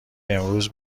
امروز